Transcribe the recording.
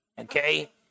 Okay